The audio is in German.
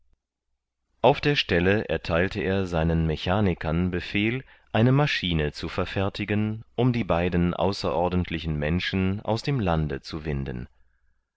auf der stelle ertheilte er seinen mechaniker befehl eine maschine zu verfertigen um die beiden außerordentlichen menschen aus dem lande zu winden